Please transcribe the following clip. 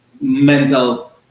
mental